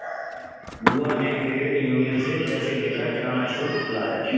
बुआ ने credit union से पैसे लेकर किराना स्टोर खोला है